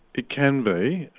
it can be.